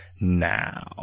now